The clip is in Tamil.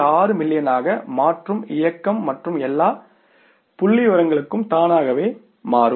6 மில்லியனாக மாற்றும் இயக்கம் மற்ற எல்லா புள்ளிவிவரங்களும் தானாகவே மாறும்